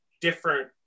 different